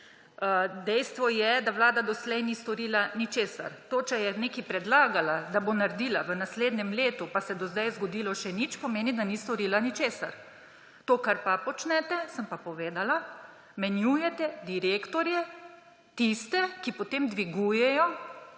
Dejstvo je, da Vlada doslej ni storila ničesar. To, če je nekaj predlagala, da bo naredila v naslednjem letu, pa se do zdaj ni zgodilo še nič, pomeni, da ni storila ničesar. To, kar pa počnete, sem pa povedala, menjujete direktorje, tiste, ki potem dvigujejo